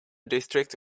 district